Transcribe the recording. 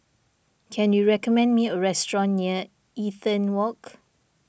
can you recommend me a restaurant near Eaton Walk